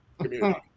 community